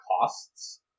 costs